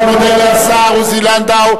חבר הכנסת אדרי, חבר הכנסת אדרי.